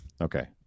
Okay